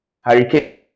Hurricane